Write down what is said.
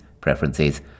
preferences